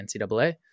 NCAA